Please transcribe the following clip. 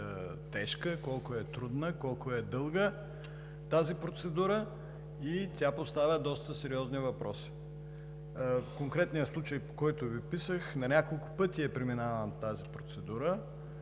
колко е тежка, колко е трудна, колко е дълга тази процедура и тя поставя доста сериозни въпроси. В конкретния случай, по който Ви писах, на няколко пъти е преминавана тази процедура.